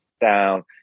down